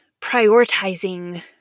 prioritizing